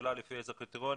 השאלה לפי איזה קריטריונים,